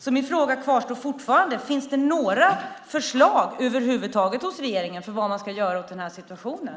Min fråga kvarstår fortfarande: Finns det några förslag över huvud taget hos regeringen när det gäller vad man ska göra åt den här situationen?